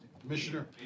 Commissioner